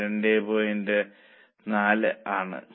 4 ആണ്